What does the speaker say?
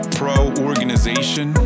pro-organization